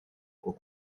aux